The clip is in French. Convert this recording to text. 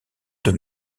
deux